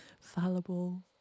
fallible